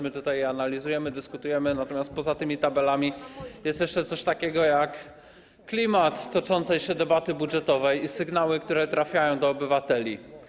My tutaj je analizujemy, dyskutujemy, natomiast poza tymi tabelami jest jeszcze coś takiego jak klimat toczącej się debaty budżetowej i sygnały, które trafiają do obywateli.